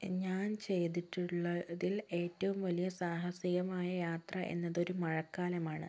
ഞാൻ ചെയ്തിട്ടുള്ളതിൽ ഏറ്റവും വലിയ സാഹസികമായ യാത്ര എന്നതൊരു മഴക്കാലമാണ്